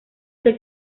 del